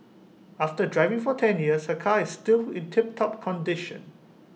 after driving for ten years her car is still in tiptop condition